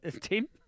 Tim